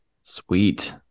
Sweet